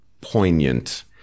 poignant